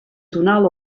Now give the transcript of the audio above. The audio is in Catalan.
tonal